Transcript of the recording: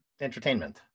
entertainment